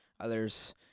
Others